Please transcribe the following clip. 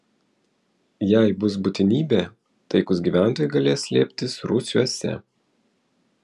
jei bus būtinybė taikūs gyventojai galės slėptis rūsiuose